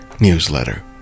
newsletter